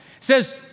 says